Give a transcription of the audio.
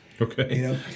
Okay